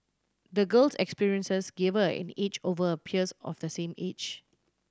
the girl's experiences gave her an edge over her peers of the same age